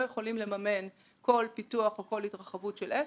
בנקים לא יכולים לממן כל פיתוח או כל התרחבות של עסק.